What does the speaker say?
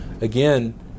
again